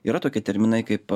yra tokie terminai kaip